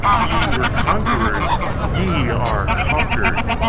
ye were conquerors ye are conquered!